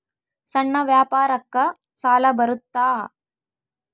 ಸಣ್ಣ ವ್ಯಾಪಾರಕ್ಕ ಸಾಲ ಬರುತ್ತಾ?